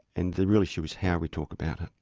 and the real issue is how we talk about it.